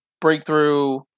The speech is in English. breakthrough